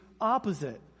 opposite